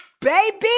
Baby